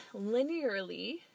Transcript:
linearly